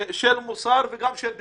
מוסר וגם של דמוקרטיה.